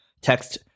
Text